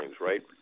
right